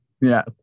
yes